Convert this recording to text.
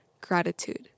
gratitude